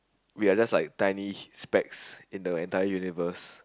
we are just like tiny specs in the entire universe